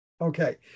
Okay